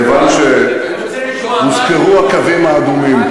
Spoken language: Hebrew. כיוון שהוזכרו הקווים האדומים,